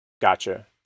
Gotcha